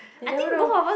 you'll never know